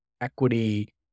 equity